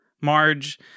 Marge